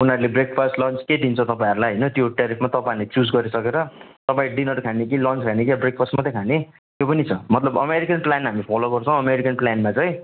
उनीहरू breakfast lunch के दिन्छ तपाईँहरूलाई होइन त्यो टेरिफमा तपाईँहरूले चुज गरिसकेर तपाईँ डिनर खाने कि लन्च खाने कि अब ब्रेकफास्ट मात्रै खाने त्यो पनि छ मतलब अमेरिकन प्लान हामी फलो गर्छौँ अमेरिकन प्लानमा चाहिँ